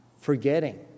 forgetting